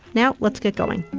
now, let's get going'.